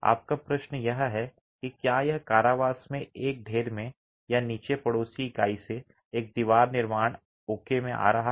आपका प्रश्न यह है कि क्या यह कारावास एक ढेर में या नीचे पड़ोसी इकाई से एक दीवार निर्माण ओके में आ रहा है